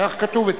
כך כתוב אצלי,